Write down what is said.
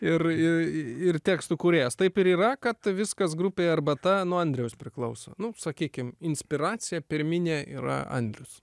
ir ir tekstų kūrėjas taip ir yra kad viskas grupė arbata nuo andriaus priklauso nu sakykime inspiracija pirminė yra andrius